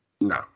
No